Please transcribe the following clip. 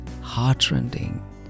heartrending